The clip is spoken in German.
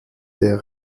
der